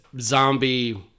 zombie